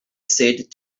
said